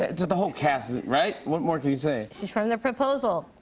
ah the whole cast is right? what more can you say? she's from the proposal.